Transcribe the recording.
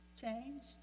changed